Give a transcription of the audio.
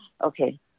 okay